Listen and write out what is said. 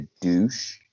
douche